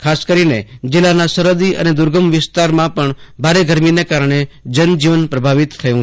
ખાસ કરીને જિલ્લાના સારહદી અને દુર્ગમ વિસ્તારમાં પણ ભારે ગરમીને કારણે જનજીવન પ્રભાવિત થયું છે